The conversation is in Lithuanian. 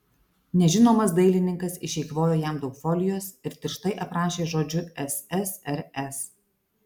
nežinomas dailininkas išeikvojo jam daug folijos ir tirštai aprašė žodžiu ssrs